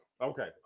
Okay